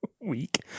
week